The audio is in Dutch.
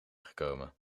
gekomen